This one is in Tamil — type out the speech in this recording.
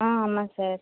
ஆ ஆமாம் சார்